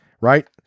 Right